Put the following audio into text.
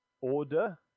Order